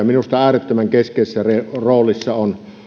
minusta äärettömän keskeisessä roolissa on